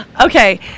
Okay